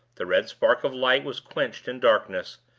the red spark of light was quenched in darkness,